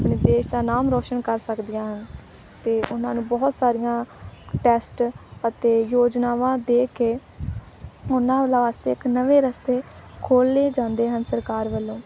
ਆਪਣੇ ਦੇਸ਼ ਦਾ ਨਾਮ ਰੋਸ਼ਨ ਕਰ ਸਕਦੀਆਂ ਹਨ ਅਤੇ ਉਹਨਾਂ ਨੂੰ ਬਹੁਤ ਸਾਰੀਆਂ ਟੈਸਟ ਅਤੇ ਯੋਜਨਾਵਾਂ ਦੇ ਕੇ ਉਹਨਾਂ ਵਾਸਤੇ ਇੱਕ ਨਵੇਂ ਰਸਤੇ ਖੋਲ੍ਹੇ ਜਾਂਦੇ ਹਨ ਸਰਕਾਰ ਵੱਲੋਂ